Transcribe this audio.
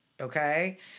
Okay